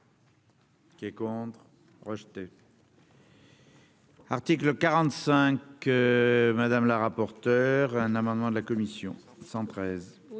Qui est contre rejeté. Article 45 madame la rapporteure, un amendement de la commission cent